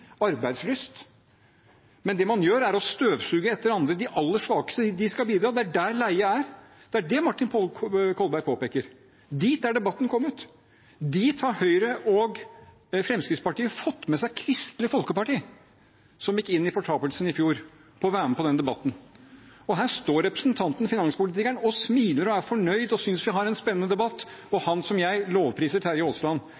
arbeidslyst. Men det man gjør, er å støvsuge etter andre, de aller svakeste. De skal bidra – det er der leiet er. Det er det Martin Kolberg påpeker. Dit er debatten kommet. Det er dit Høyre og Fremskrittspartiet har fått med seg Kristelig Folkeparti, som gikk inn i fortapelsen i fjor: til å være med på denne debatten. Her står representanten Storehaug, finanspolitikeren, og smiler og er fornøyd og synes vi har en spennende debatt, og han, som jeg, lovpriser Terje Aasland.